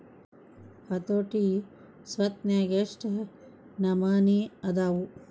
ಹತೋಟಿ ಸ್ವತ್ನ್ಯಾಗ ಯೆಷ್ಟ್ ನಮನಿ ಅದಾವು?